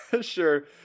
Sure